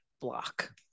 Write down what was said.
block